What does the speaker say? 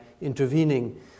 intervening